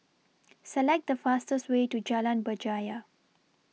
Select The fastest Way to Jalan Berjaya